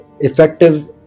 effective